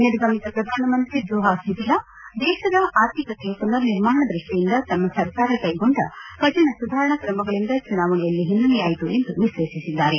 ನಿರ್ಗಮಿತ ಪ್ರಧಾನಮಂತ್ರಿ Juha Sipila ದೇಶದ ಆರ್ಥಿಕತೆಯ ಮನರ್ ನಿರ್ಮಾಣ ದೃಷ್ಟಿಯಿಂದ ತಮ್ಮ ಸರ್ಕಾರ ಕೈಗೊಂಡ ಕಠಿಣ ಸುಧಾರಣಾ ಕ್ರಮಗಳಿಂದ ಚುನಾವಣೆಯಲ್ಲಿ ಹಿನ್ನಡೆಯಾಯಿತು ಎಂದು ವಿಶ್ಲೇಷಿಸಿದ್ದಾರೆ